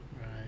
right